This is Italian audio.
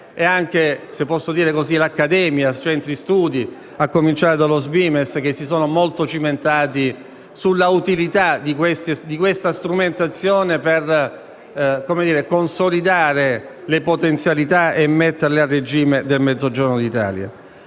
e anche l'accademia, i centri studi, a cominciare dallo Svimez, che si sono molto cimentati sulla utilità di questa strumentazione per consolidare le potenzialità e metterle a regime nel Mezzogiorno d'Italia.